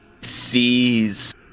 sees